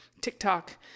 TikTok